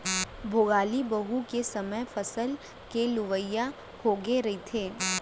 भोगाली बिहू के समे फसल के लुवई होगे रहिथे